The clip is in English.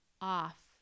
off